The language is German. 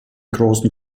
großen